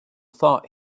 thought